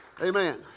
Amen